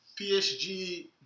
PSG